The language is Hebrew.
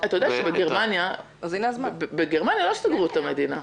אתה יודע שבגרמניה לא סגרו את המדינה.